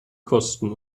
kosten